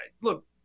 look